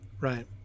right